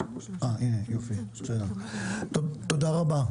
תודה רבה.